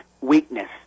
weakness